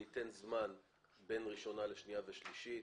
אני אתן זמן בין ראשונה לשנייה ושלישית.